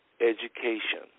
education